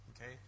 Okay